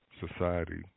society